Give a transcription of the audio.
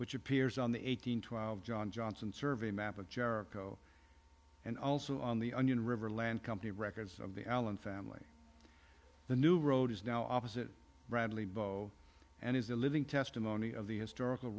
which appears on the eight hundred twelve john johnson survey map of jericho and also on the onion river land company records of the allen family the new road is now opposite bradley bow and is a living testimony of the historical